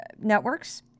networks